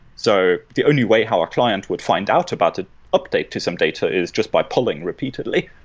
so the only way how our client would find out about an update to some data is just by pulling repeatedly.